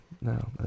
No